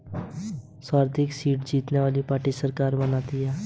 सर्वाधिक सीटें जीतने वाली पार्टी सरकार बनाती है